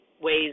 ways